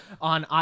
on